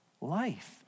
life